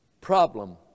problem